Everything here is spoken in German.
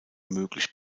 möglich